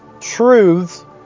truths